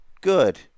Good